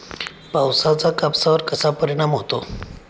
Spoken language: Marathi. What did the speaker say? पावसाचा कापसावर कसा परिणाम होतो?